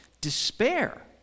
despair